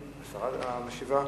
3704. השרה המשיבה,